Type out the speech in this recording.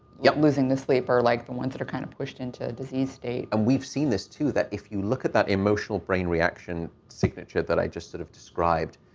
yeah losing the sleep, or, like, the ones that are kind of pushed into a disease state. matt and we've seen this, too, that if you look at that emotional brain reaction signature that i just sort of described,